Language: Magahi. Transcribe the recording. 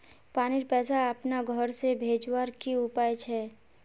पानीर पैसा अपना घोर से भेजवार की उपाय छे?